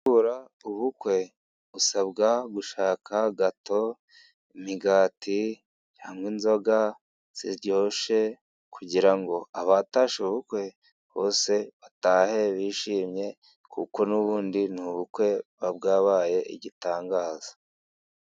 Gukora ubukwe, usabwa gushaka gato, imigati cyangwa inzoga ziryoshye, kugira ngo abatashye ubukwe bose batahe bishimye, kuko n'ubundi ni ubukwe bwabaye igitangaza.